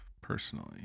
personally